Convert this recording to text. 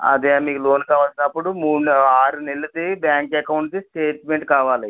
అదే మీకు లోన్ కావలసినప్పుడు మూడు ఆరు నెల్లది బ్యాంక్ అకౌంట్ది స్టేట్మెంట్ కావాలి